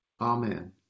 Amen